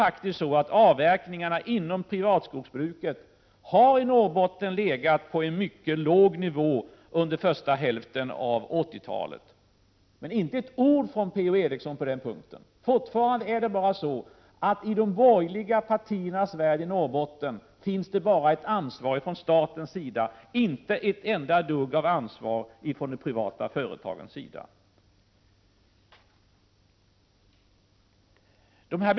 Avverkningarna inom privatskogsbruket i Norrbotten har faktiskt legat på en mycket låg nivå under första hälften av 1980-talet. Men P-O Eriksson säger inte ett ord om detta. I de borgerliga partiernas värld i Norrbotten är det fortfarande bara staten som har ett ansvar. De privata företagen har inte något ansvar.